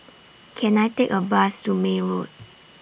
Can I Take A Bus to May Road